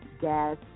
gas